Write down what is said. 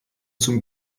zum